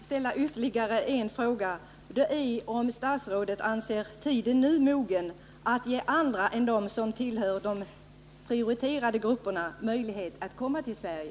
Herr talman! Jag skulle vilja ställa ytterligare en fråga: Anser statsrådet att tiden nu är mogen att ge andra än dem som tillhör de prioriterade grupperna möjlighet att komma till Sverige?